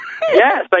Yes